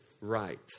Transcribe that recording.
right